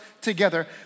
together